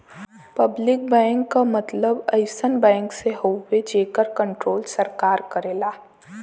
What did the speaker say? public bank क मतलब अइसन बैंक से हउवे जेकर कण्ट्रोल सरकार करेला